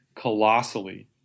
colossally